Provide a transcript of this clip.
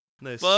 Nice